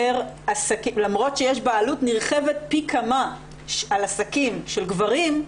למרות שיש בעלות נרחבת פי כמה על עסקים של גברים,